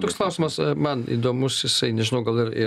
toks klausimas man įdomus jisai nežinau gal ir